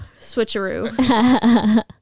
Switcheroo